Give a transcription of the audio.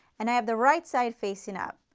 and i have the right side facing up.